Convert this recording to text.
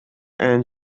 and